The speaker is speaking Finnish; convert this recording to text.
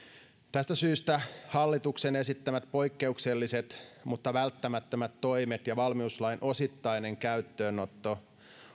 tästä syystä hallituksen esittämät poikkeukselliset mutta välttämättömät toimet ja valmiuslain osittainen käyttöönotto